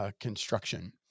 construction